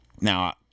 Now